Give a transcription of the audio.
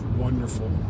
Wonderful